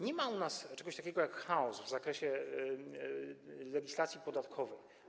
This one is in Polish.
Nie ma u nas czegoś takiego jak chaos w zakresie legislacji podatkowej.